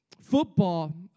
football